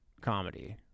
comedy